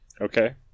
Okay